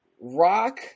Rock